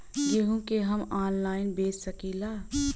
गेहूँ के हम ऑनलाइन बेंच सकी ला?